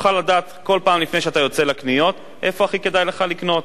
תוכל לדעת כל פעם לפני שאתה יוצא לקניות איפה הכי כדאי לך לקנות.